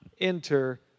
enter